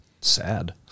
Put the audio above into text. Sad